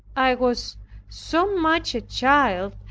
i was so much a child,